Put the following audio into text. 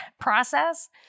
process